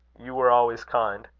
you were always kind.